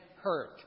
hurt